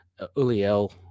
Uliel